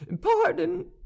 pardon